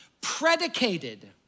predicated